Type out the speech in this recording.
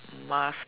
mask